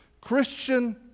Christian